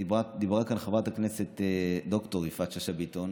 דיברה כאן חברת הכנסת ד"ר יפעת שאשא ביטון,